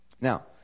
Now